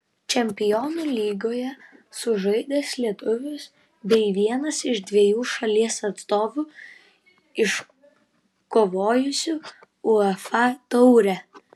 čempionų lygoje sužaidęs lietuvis bei vienas iš dviejų šalies atstovų iškovojusių uefa taurę